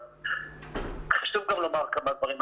אבל חשוב גם לומר כמה דברים.